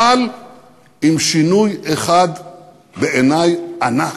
אבל עם שינוי אחד שבעיני הוא ענק.